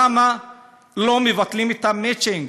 למה לא מבטלים את המצ'ינג